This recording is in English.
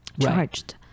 Charged